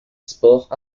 sports